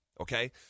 okay